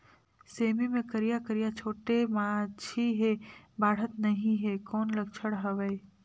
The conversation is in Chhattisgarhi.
सेमी मे करिया करिया छोटे माछी हे बाढ़त नहीं हे कौन लक्षण हवय?